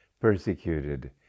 persecuted